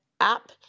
app